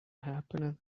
happiness